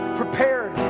prepared